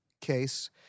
case